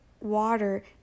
water